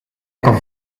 kan